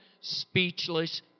speechless